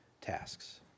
tasks